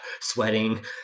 sweating